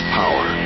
power